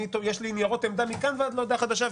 יש לי ניירות עמדה מכאן ולעד הודעה חדשה,